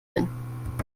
bin